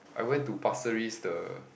I went to pasir-ris the